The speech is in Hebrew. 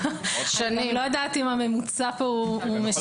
אני לא יודעת אם הממוצע פה משקף.